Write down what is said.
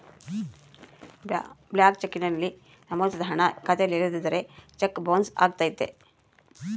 blank cheque ನಲ್ಲಿ ನಮೋದಿಸಿದ ಹಣ ಖಾತೆಯಲ್ಲಿ ಇಲ್ಲದಿದ್ದರೆ ಚೆಕ್ ಬೊನ್ಸ್ ಅಗತ್ಯತೆ